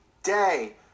Day